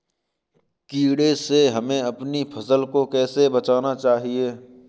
कीड़े से हमें अपनी फसल को कैसे बचाना चाहिए?